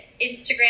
Instagram